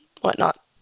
whatnot